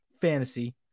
fantasy